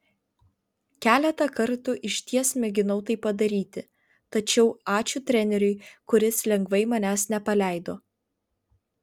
keletą kartų išties mėginau tai padaryti tačiau ačiū treneriui kuris lengvai manęs nepaleido